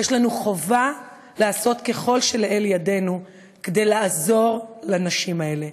חובה עלינו לעשות כל שלאל ידנו כדי לעזור לנשים האלה.